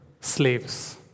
slaves